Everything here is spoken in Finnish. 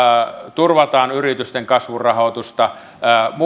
turvataan yritysten kasvun rahoitusta